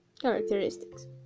characteristics